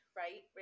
right